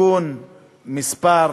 תיקון מספר